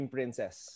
Princess